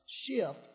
shift